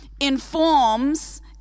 informs